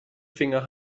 finger